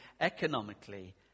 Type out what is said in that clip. economically